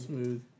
Smooth